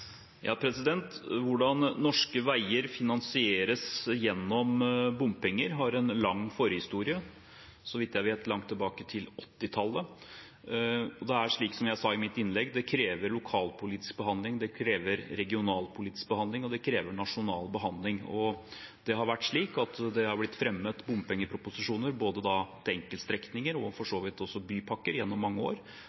norske veier finansieres gjennom bompenger har en lang forhistorie – så vidt jeg vet langt tilbake til 1980-tallet. Og det krever, som jeg sa i mitt innlegg, lokalpolitisk behandling, det krever regionalpolitisk behandling, og det krever nasjonal behandling. Det har blitt fremmet bompengeproposisjoner om både enkeltstrekninger og for så vidt også bypakker gjennom mange år. Det har vært lagt fram for Stortinget av undertegnede, og